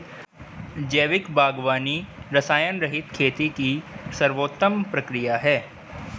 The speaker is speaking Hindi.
जैविक बागवानी रसायनरहित खेती की सर्वोत्तम प्रक्रिया है